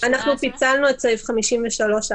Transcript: אנחנו פיצלנו את סעיף 53(א).